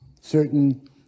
certain